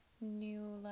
new